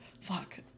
Fuck